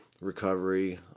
recovery